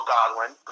Godwin